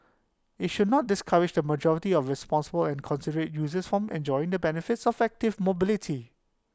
IT should not discourage the majority of responsible and considerate users from enjoying the benefits of active mobility